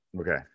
Okay